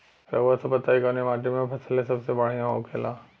रउआ सभ बताई कवने माटी में फसले सबसे बढ़ियां होखेला?